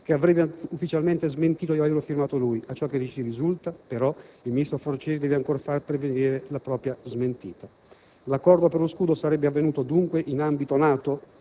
che avrebbe ufficialmente smentito di averlo firmato lui. A ciò che ci risulta, però, il sottosegretario Forcieri deve ancora far pervenire la propria smentita. L'accordo per lo «scudo» sarebbe avvenuto, dunque, in ambito NATO,